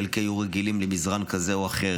חלק היו רגילים למזרן כזה או אחר,